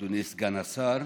אדוני סגן השר,